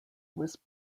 was